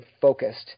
focused